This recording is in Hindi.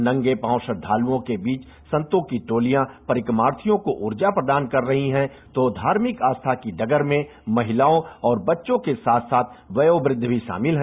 नंगे पाँव श्रद्धाकुओं के बीच संतों की टोलियां परिक्रमार्थियों को उर्जा प्रदान कर रहीं है तो धार्मिक आस्था की डगर में महिलाओं बच्चों के साथ साथ वयोवृद्ध भी शामिल है